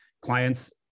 clients